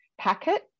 Packet